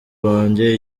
banjye